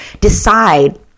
decide